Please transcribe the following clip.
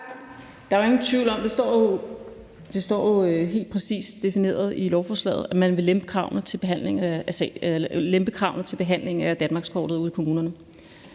er der jo ingen tvivl om. Det står helt præcist defineret i lovforslaget, at man vil lempe kravene til behandlingen af danmarkskortet ude i kommunerne.